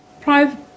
private